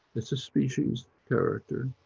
it's a species character.